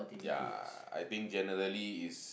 ya I think generally is